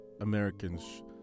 Americans